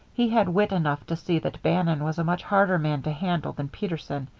he had wit enough to see that bannon was a much harder man to handle than peterson,